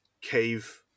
cave